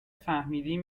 فهمیدیم